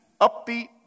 upbeat